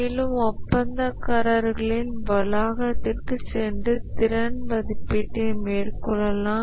மேலும் ஒப்பந்தக்காரர்களின் வளாகத்திற்குச் சென்று திறன் மதிப்பீட்டை மேற்கொள்ளலாம்